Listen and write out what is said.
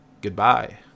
Goodbye